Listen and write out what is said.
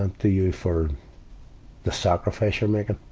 ah, to you for the sacrifice you're making.